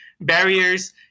barriers